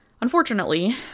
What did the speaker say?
Unfortunately